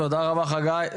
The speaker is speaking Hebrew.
תודה רבה חגי.